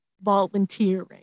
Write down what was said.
volunteering